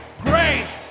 grace